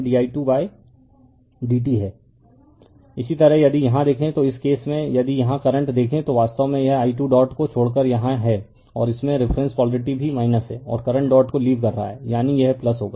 refer slide time 1555 इसी तरह यदि यहां देखें तो इस केस में यदि यहां करंट देखें तो वास्तव में यह i 2 डॉट को छोड़कर यहां है और इसमें रिफरेन्स पोलरिटी भी है और करंट डॉट को लीव कर रहा है यानी यह होगा